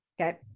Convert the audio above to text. Okay